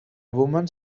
woman